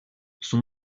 son